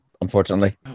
unfortunately